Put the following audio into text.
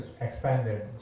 expanded